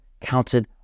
counted